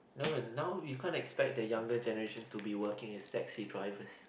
no now we can't expect the younger generation to be working as taxi drivers